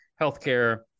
healthcare